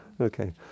Okay